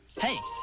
hey!